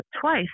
Twice